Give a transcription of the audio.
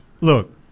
Look